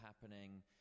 happening